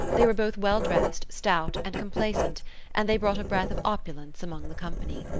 they were both well dressed, stout and complacent and they brought a breath of opulence among the company.